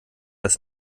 das